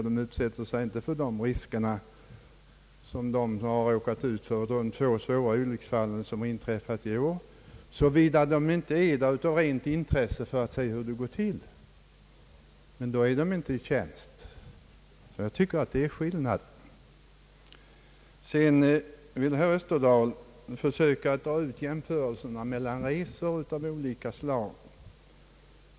De utsätter sig därför inte för sådana risker som de vilka var med om de svåra olycksfall som vid två tillfällen i år har ägt rum, såvida de inte befinner sig där av rent intresse för att se hur det går till. Då är de emellertid inte i tjänst, och det tycker jag är en väsentlig skillnad. Herr Österdahl ville försöka dra ut jämförelserna mellan resor av olika slag.